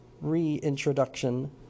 reintroduction